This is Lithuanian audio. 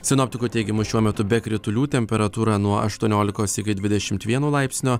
sinoptikų teigimu šiuo metu be kritulių temperatūra nuo aštuoniolikos iki dvidešim vieno laipsnio